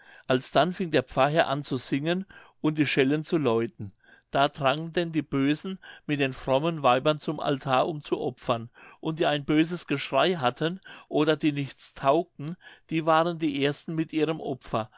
alsdann fing der pfarrherr an zu singen und die schellen zu läuten da drangen denn die bösen mit den frommen weibern zum altar um zu opfern und die ein böses geschrei hatten oder die nichts taugten die waren die ersten mit ihrem opfer